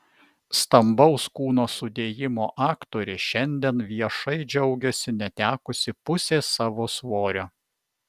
stambaus kūno sudėjimo aktorė šiandien viešai džiaugiasi netekusi pusės savo svorio